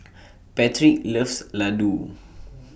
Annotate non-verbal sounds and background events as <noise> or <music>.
<noise> Patric loves Ladoo